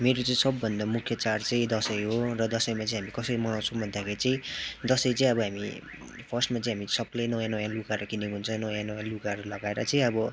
मेरो चाहिँ सबभन्दा मुख्य चाड चाहिँ दसैँ हो र दसैँमा चाहिँ हामीले कसरी मनाउँछौँ भन्दाखेरि चाहिँ दसैँ चाहिँ अब हामी फर्स्टमा चाहिँ हामी सबले नयाँ नयाँ लुगाहरू किनेको हुन्छ नयाँ नयाँ लुगाहरू लगाएर चाहिँ अब